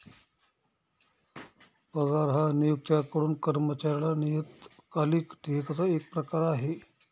पगार हा नियोक्त्याकडून कर्मचाऱ्याला नियतकालिक देयकाचा एक प्रकार आहे